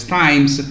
times